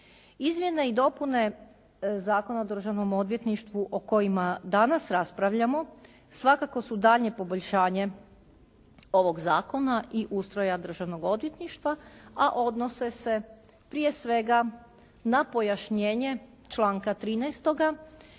Izmjene i dopune Zakona o Državnom odvjetništvu o kojima danas raspravljamo svakako su daljnje poboljšanje ovog zakona i ustroja Državnog odvjetništva, a odnose se prije svega na pojašnjenje članka 13.